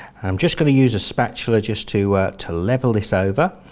i'm just going to use a spatula just to to level this over.